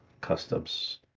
customs